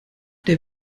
der